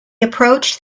approached